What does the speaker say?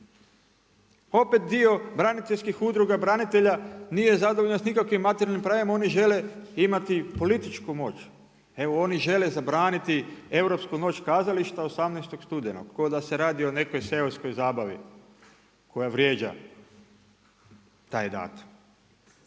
Opet dio braniteljskih udruga branitelja, nije zadovoljno sa nikakvim materijalnim pravima, oni žele imati političku moć. Evo oni žele zabraniti europsku Noć kazališta 18. studenog ko da se radi o nekoj seoskoj zabavi koja vrijeđa taj datum.